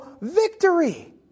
victory